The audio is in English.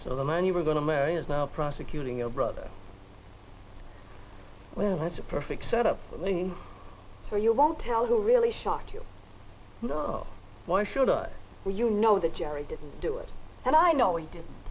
so the man you were going to marry is now prosecuting your brother well that's a perfect set up for me so you won't tell who really shocked you know why should i when you know that jerry didn't do it and i know you did